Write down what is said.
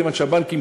כיוון שהבנקים,